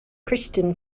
christian